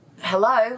hello